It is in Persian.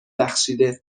بخشیده